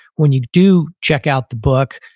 when you do check out the book,